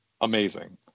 amazing